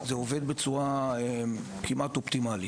זה עובד בצורה כמעט אופטימלית.